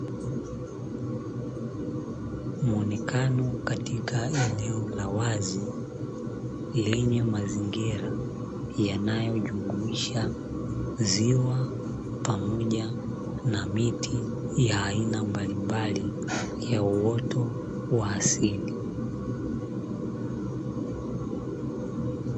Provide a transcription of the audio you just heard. Muonekano katika eneo la wazi, lenye mazingira yanayojumuisha ziwa pamoja na miti ya aina mbalimbali ya uoto wa asili.